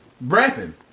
rapping